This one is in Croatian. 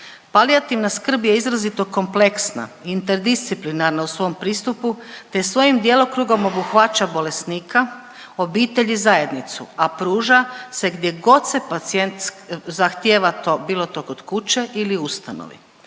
Palijativna skrb je izrazito kompleksna i interdisciplinarna u svom pristupu, te svojim djelokrugom obuhvaća bolesnika, obitelj i zajednicu, a pruža se gdje god se pacijent zahtijeva to, bilo to kod kuće ili u ustanovi.